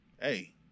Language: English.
hey